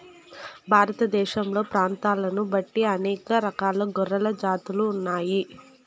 భారతదేశంలో ప్రాంతాలను బట్టి అనేక రకాల గొర్రెల జాతులు ఉన్నాయి